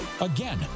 Again